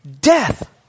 Death